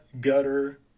Gutter